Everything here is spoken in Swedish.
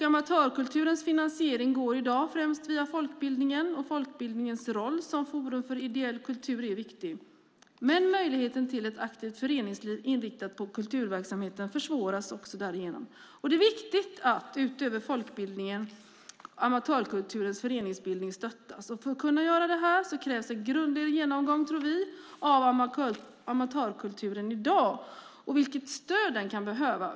Amatörkulturens finansiering går i dag främst via folkbildningen. Folkbildningens roll som forum för ideell kultur är viktig, men möjligheten till ett aktivt föreningsliv inriktat på kulturverksamheten försvåras också därigenom. Det är viktigt att, utöver folkbildningen, stötta amatörkulturens föreningsbildning. För att kunna göra det krävs en grundligare genomgång av amatörkulturen i dag och av det stöd den kan behöva.